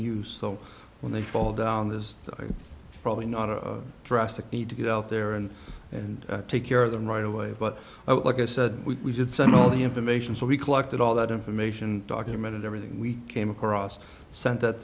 used so when they fall down this is probably not a drastic need to get out there and and take care of them right away but i would like i said we should send all the information so we collected all that information documented everything we came across sent that